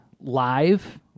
live